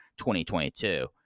2022